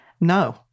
No